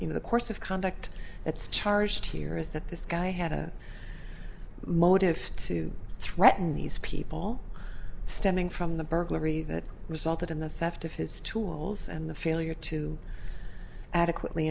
in the course of conduct it's charged here is that this guy had a motive to threaten these people stemming from the burglary that resulted in the theft of his tools and the failure to adequately